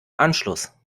anschluss